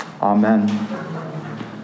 Amen